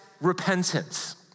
repentance